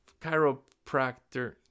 chiropractor